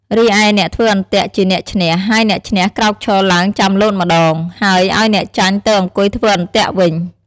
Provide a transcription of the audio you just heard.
រីឯអ្នកធ្វើអន្ទាក់ជាអ្នកឈ្នះ ហើយអ្នកឈ្នះក្រោកឈរឡើងចាំលោតម្ដង ហើយឲ្យអ្នកចាញ់ទៅអង្គុយធ្វើអន្ទាក់វិញ។